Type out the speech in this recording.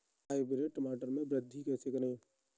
Hybrid टमाटर में वृद्धि कैसे करें?